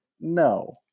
no